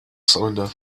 cylinder